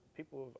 people